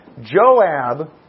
Joab